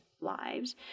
lives